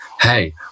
hey